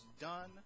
done